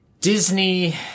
Disney